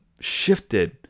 shifted